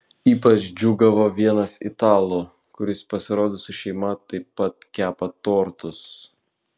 ypač džiūgavo vienas italų kuris pasirodo su šeima taip pat kepa tortus